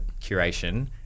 curation